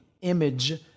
image